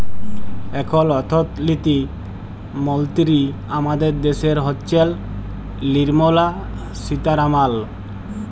এখল অথ্থলিতি মলতিরি আমাদের দ্যাশের হচ্ছেল লির্মলা সীতারামাল